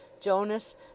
Jonas